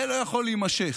זה לא יכול להימשך.